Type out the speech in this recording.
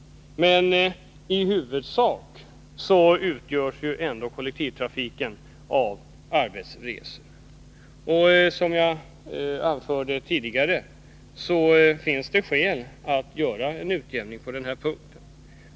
Men i huvudsak utnyttjas ändå kollektivtrafiken för arbetsresor, och som jag anförde tidigare finns det skäl att göra en utjämning på denna punkt.